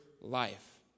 life